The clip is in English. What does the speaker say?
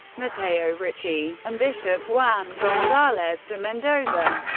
matteo ricci, and bishop juan gonzalez de mendoza.